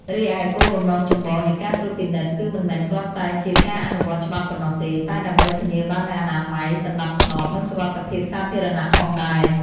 រីឯ គោលបំណងចម្បងនៃការត្រួតពិនិត្យ គឺមិនមែនគ្រាន់តែជាការអនុវត្តច្បាប់ប៉ុណ្ណោះទេ តែដើម្បីធានាបាននូវអនាម័យ សណ្តាប់ធ្នាប់ និងសុវត្ថិភាពសាធារណៈ ផងដែរ។